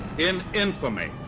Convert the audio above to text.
in infamy.